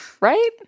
right